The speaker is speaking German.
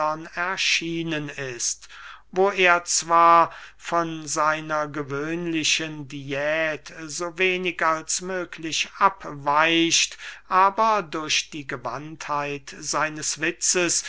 erschienen ist wo er zwar von seiner gewöhnlichen diät so wenig als möglich abweicht aber durch die gewandtheit seines witzes